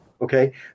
Okay